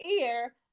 ear